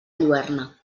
lluerna